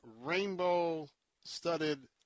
rainbow-studded